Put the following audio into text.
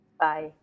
Bye